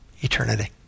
eternity